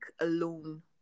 alone